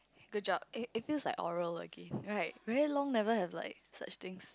good job it it feels like oral again right very long never have like such things